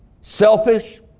selfish